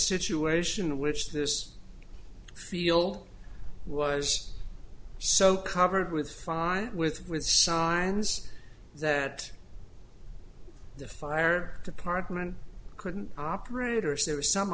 situation in which this field was so covered with fine with with signs that the fire department couldn't operators there was some